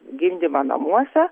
gimdymą namuose